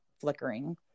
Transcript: flickering